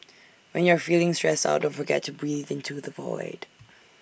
when you are feeling stressed out don't forget to breathe into the void